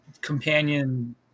companion